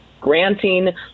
granting